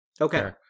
Okay